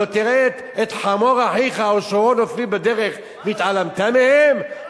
לא תראה את חמור אחיך או שורו נופלים בדרך והתעלמת מהם,